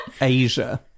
Asia